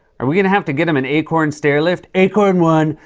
are we going to have to get him an acorn stairlift? acorn one.